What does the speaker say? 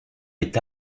est